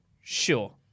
Sure